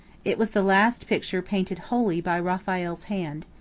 it was the last picture painted wholly by raphael's hand.